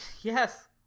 Yes